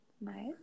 nice